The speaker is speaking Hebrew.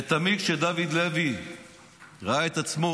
ותמיד כשדוד לוי ראה את עצמו